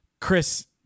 Chris